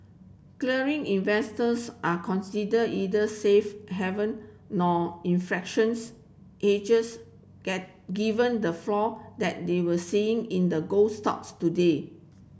clearly investors are consider either safe haven nor infractions hedges given the flow that they were seeing in the gold stocks today